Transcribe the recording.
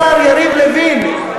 השר יריב לוין,